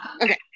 Okay